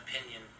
opinion